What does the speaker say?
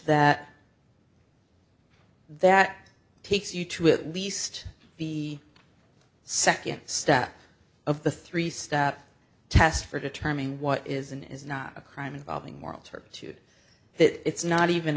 that that takes you to at least the second step of the three step test for determining what is and is not a crime involving moral turpitude it's not even